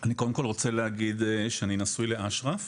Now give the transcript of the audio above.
אני קודם כל רוצה להגיד שאני נשוי לאשרף